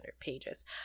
pages